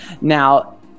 Now